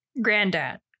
Granddad